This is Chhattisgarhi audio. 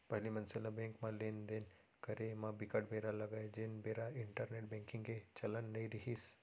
पहिली मनसे ल बेंक म लेन देन करे म बिकट बेरा लगय जेन बेरा इंटरनेंट बेंकिग के चलन नइ रिहिस